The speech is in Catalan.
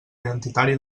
identitari